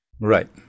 Right